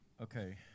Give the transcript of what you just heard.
Okay